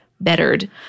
bettered